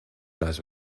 las